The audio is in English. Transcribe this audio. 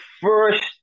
first